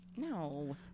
No